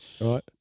Right